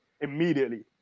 Immediately